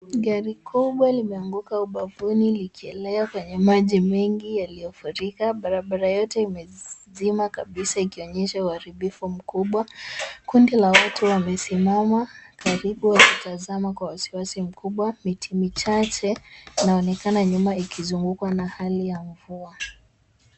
Gari kubwa limeanguka ubavuni likielea kwenye maji mengi yaliyofurika. Barabara yote imezima kabisa ikionyesha uharibifu mkubwa. Kundi la watu wamesimama karibu wakitazama kwa wasiwasi mkubwa. Miti michache inaonekana nyuma ikizungukwa na hali ya mvua.